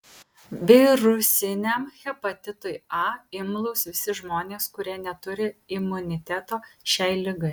virusiniam hepatitui a imlūs visi žmonės kurie neturi imuniteto šiai ligai